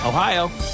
Ohio